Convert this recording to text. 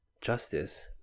justice